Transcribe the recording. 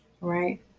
right